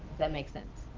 that makes sense.